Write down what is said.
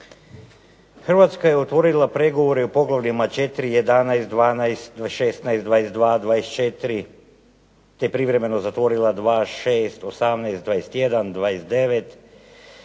Hrvatska je otvorila pregovore u poglavljima 4., 11., 12., 16., 22., 24., te privremeno zatvorila 2., 6., 18., 21., 29.,